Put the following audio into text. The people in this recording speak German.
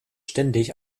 ständig